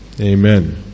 Amen